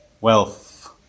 wealth